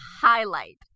highlight